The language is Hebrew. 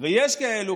ויש כאלו,